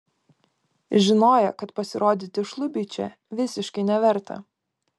žinojo kad pasirodyti šlubiui čia visiškai neverta